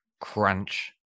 Crunch